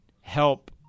help